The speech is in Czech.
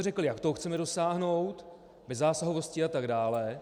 Řekli jsme, jak toho chceme dosáhnout, bezzásahovostí a tak dále.